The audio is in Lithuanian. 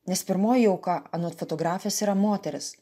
nes pirmoji auka anot fotografės yra moteris